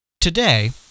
today